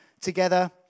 together